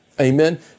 Amen